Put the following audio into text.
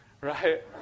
right